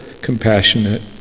compassionate